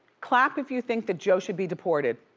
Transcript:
clap if you think that joe should be deported.